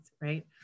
right